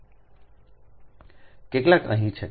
કેટલાક અહીં છે